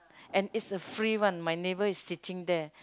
and it's a free one my neighbor is teaching there